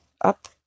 up